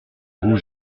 roues